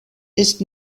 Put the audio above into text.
ist